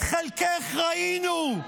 את חלקך ראינו.